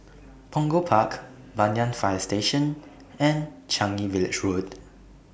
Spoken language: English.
Punggol Park Banyan Fire Station and Changi Village Road